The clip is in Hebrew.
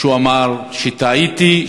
שבו הוא אמר: טעיתי,